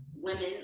women